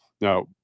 Now